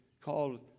called